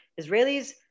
Israelis